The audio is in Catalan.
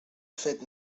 fet